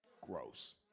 Gross